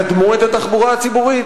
קדמו את התחבורה הציבורית,